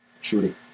Shooting